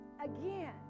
again